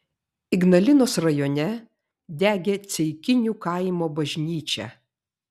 ignalinos rajone degė ceikinių kaimo bažnyčia